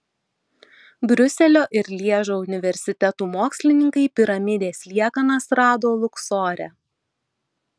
briuselio ir lježo universitetų mokslininkai piramidės liekanas rado luksore